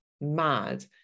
mad